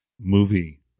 movie